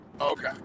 Okay